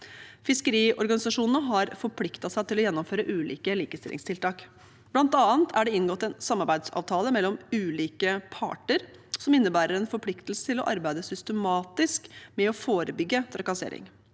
Fiskeriorganisasjonene har forpliktet seg til å gjennomføre ulike likestillingstiltak. Blant annet er det inngått en samarbeidsavtale mellom ulike parter som innebærer en forpliktelse til å arbeide systematisk med å forebygge trakassering.